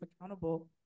accountable